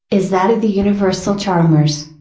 is that of the universal charmers.